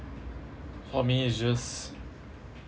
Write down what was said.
for me is just